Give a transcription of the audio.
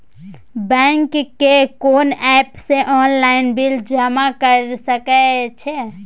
Bank के कोन app से ऑनलाइन बिल जमा कर सके छिए?